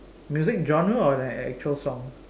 music genre or the actual song